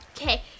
Okay